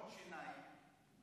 עוד שיניים,